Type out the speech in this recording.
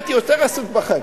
הייתי יותר עסוק בחיים,